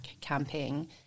camping